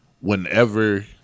whenever